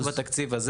רק בתקציב הזה